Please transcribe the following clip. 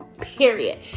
period